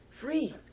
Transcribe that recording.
free